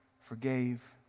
forgave